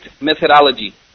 methodology